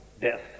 death